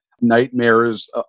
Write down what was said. nightmares